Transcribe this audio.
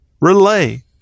relay